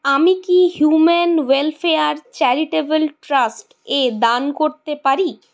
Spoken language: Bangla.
আমি কি হিউম্যান ওয়েলফেয়ার চ্যারিটেবল ট্রাস্ট এ দান করতে পারি